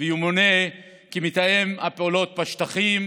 וימונה למתאם הפעולות בשטחים.